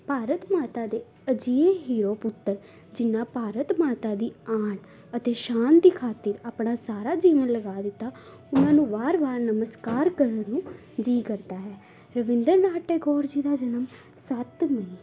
ਭਾਰਤ ਮਾਤਾ ਦੇ ਅਜਿਹੇ ਯੋਗ ਪੁੱਤਰ ਜਿਨ੍ਹਾਂ ਭਾਰਤ ਮਾਤਾ ਦੀ ਆਨ ਅਤੇ ਸ਼ਾਨ ਦੀ ਖਾਤਿਰ ਆਪਣਾ ਸਾਰਾ ਜੀਵਨ ਲਗਾ ਦਿੱਤਾ ਉਹਨਾਂ ਨੂੰ ਵਾਰ ਵਾਰ ਨਮਸਕਾਰ ਕਰਨ ਨੂੰ ਜੀਅ ਕਰਦਾ ਹੈ ਰਵਿੰਦਰ ਨਾਥ ਟੈਗੋਰ ਜੀ ਦਾ ਜਨਮ ਸੱਤ ਮਈ